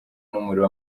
n’umuriro